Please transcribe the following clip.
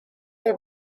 the